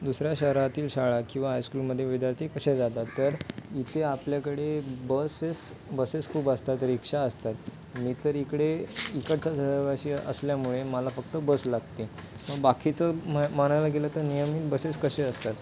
दुसऱ्या शहरातील शाळा किंवा हायस्कूलमध्ये विद्यार्थी कसे जातात तर इथे आपल्याकडे बसेस बसेस खूप असतात रिक्षा असतात मी तर इकडे इकडचा रहिवाशी असल्यामुळे मला फक्त बस लागते मग बाकीचं म म्हणायला गेलं तर नियमित बसेस कसे असतात